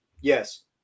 Yes